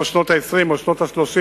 או שנות ה-20 או שנות ה-30,